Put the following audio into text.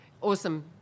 Awesome